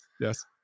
yes